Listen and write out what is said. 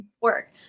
work